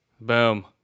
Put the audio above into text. Boom